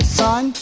son